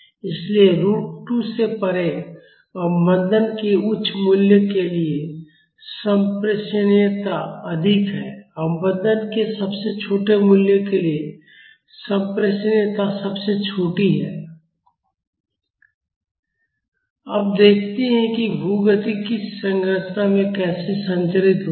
इसलिए रूट 2 से परे अवमंदन के उच्च मूल्य के लिए संप्रेषणीयता अधिक है अवमंदन के सबसे छोटे मूल्य के लिए संप्रेषणीयता सबसे छोटी है अब देखते हैं कि भू गति किसी संरचना में कैसे संचरित होती है